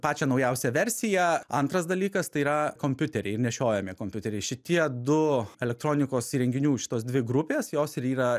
pačią naujausią versiją antras dalykas tai yra kompiuteriai ir nešiojami kompiuteriai šitie du elektronikos įrenginių šitos dvi grupės jos ir yra